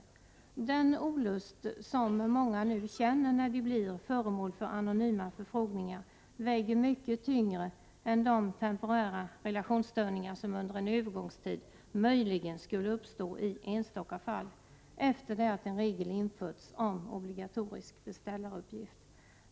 Den olust som många nu känner när de blir föremål för anonyma förfrågningar väger mycket tyngre än de temporära relationsstörningar som under en övergångstid möjligen skulle uppstå i enstaka fall — efter det att en regel införts om obligatorisk beställaruppgift.